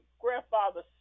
grandfather